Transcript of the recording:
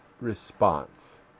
response